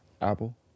Apple